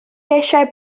eisiau